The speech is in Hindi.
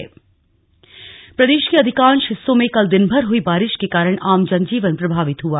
मौसम प्रदेश के अधिकांश हिस्सों में कल दिनभर हुई बारिश के कारण आम जनजीवन प्रभावित हुआ